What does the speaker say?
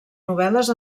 novel·les